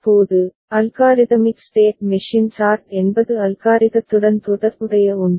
இப்போது algorithmic state machine chart என்பது அல்காரிதத்துடன் தொடர்புடைய ஒன்று